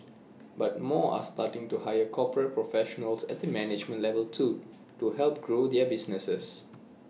but more are starting to hire corporate professionals at the management level too to help grow their businesses